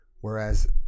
whereas